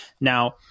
Now